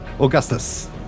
augustus